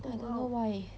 I don't know why